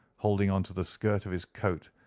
holding on to the skirt of his coat,